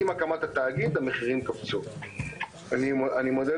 עם הקמת התאגיד, המחירים קפצו.